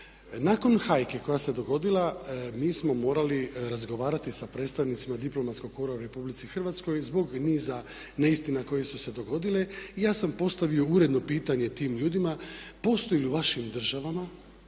Nakon hajke koja je dogodila mi smo morali razgovarati sa predstavnicima diplomatskog kora u RH zbog niza neistina koje su se dogodile. I ja sam postavio uredno pitanje tim ljudima postoji li u vašim državama